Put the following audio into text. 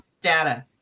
data